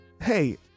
hey